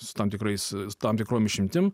su tam tikrais tam tikrom išimtim